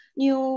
new